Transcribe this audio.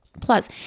Plus